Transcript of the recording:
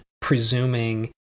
presuming